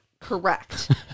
correct